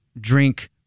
drink